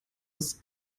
ist